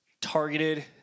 targeted